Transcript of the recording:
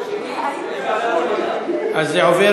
מוסיפה: נגד.